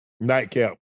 Nightcap